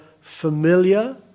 familiar